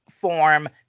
form